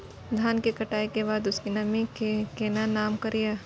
धान की कटाई के बाद उसके नमी के केना कम करियै?